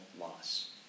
loss